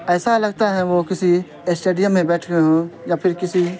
ایسا لگتا ہے وہ کسی اسٹیڈیم میں بیٹھے ہوں یا پھر کسی